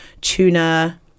tuna